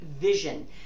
vision